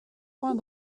point